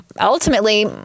ultimately